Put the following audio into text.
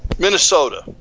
Minnesota